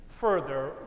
further